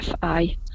fi